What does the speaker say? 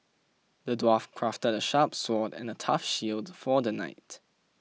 the dwarf crafted a sharp sword and a tough shield for the knight